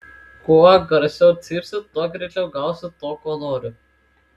kuo garsiau cypsiu tuo greičiau gausiu to ko noriu